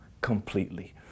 completely